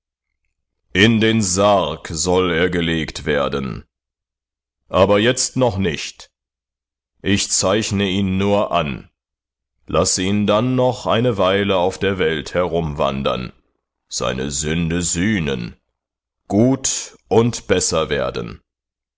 in den sarg soll er gelegt werden aber jetzt noch nicht ich zeichne ihn nur an lasse ihn dann noch eine weile auf der welt herumwandern seine sünde sühnen gut und besser werden